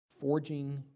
forging